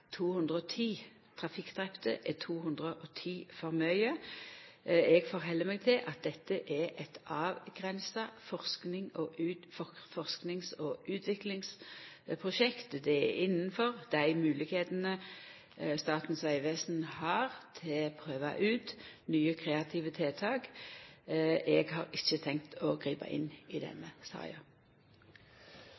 er 210 for mykje. Eg held meg til at dette er eit avgrensa forskings- og utviklingsprosjekt. Det er innanfor dei moglegheitene Statens vegvesen har til å prøva ut nye kreative tiltak. Eg har ikkje tenkt å gripa inn i denne